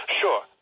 sure